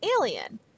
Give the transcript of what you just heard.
Alien